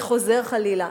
וחוזר חלילה.